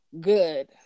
good